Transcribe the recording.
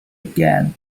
again